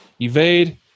evade